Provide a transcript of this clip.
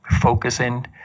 focusing